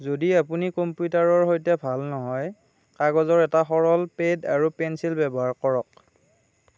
যদি আপুনি কম্পিউটাৰৰ সৈতে ভাল নহয় কাগজৰ এটা সৰল পেড আৰু পেঞ্চিল ব্যৱহাৰ কৰক